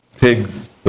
Pigs